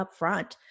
upfront